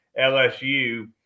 LSU